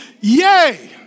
Yay